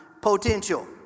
potential